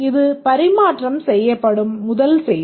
இது பரிமாற்றம் செய்யப்படும் முதல் செய்தி